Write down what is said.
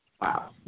Wow